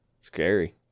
Scary